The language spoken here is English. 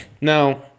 Now